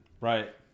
Right